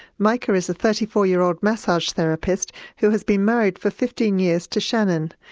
mica is a thirty four year old massage therapist who has been married for fifteen years to shannon.